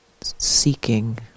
seeking